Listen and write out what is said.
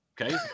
Okay